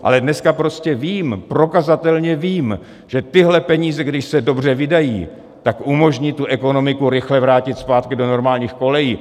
Ale dneska prostě vím, prokazatelně vím, že tyhle peníze, když se dobře vydají, tak umožní tu ekonomiku rychle vrátit zpátky do normálních kolejí.